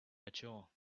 mature